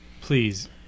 Please